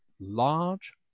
large